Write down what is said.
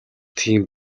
тийм